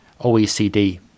OECD